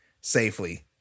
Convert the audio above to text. safely